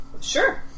Sure